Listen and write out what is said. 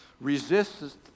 resists